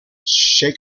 shake